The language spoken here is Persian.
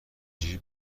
جوری